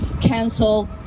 cancel